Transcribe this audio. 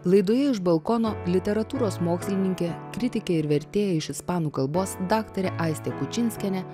laidoje iš balkono literatūros mokslininkė kritikė ir vertėja iš ispanų kalbos daktarė aistė kučinskienė